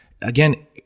Again